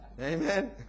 Amen